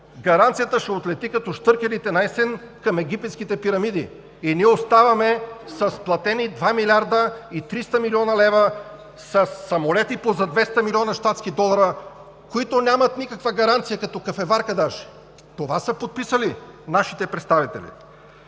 Гаранцията ще отлети като щъркелите наесен към египетските пирамиди и ние оставаме с платени 2 млрд. 300 млн. лв., със самолети за по 200 млн. щатски долара, които нямат никаква гаранция като кафеварка даже. Това са подписали нашите представители!